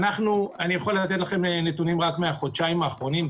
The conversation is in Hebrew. אני יכול לתת לכם נתונים רק מהחודשיים האחרונים,